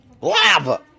lava